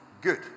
Good